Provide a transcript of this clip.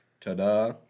Ta-da